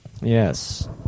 Yes